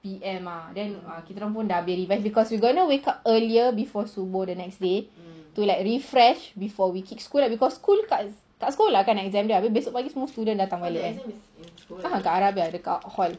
P_M mah then kita orang pun dah habis revise because we going to wake up earlier before subuh the next day to like refresh before we keep school because school kat sekolah kan exam dia esok pagi semua student datang balik ah dekat arabiah dekat hall